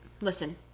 listen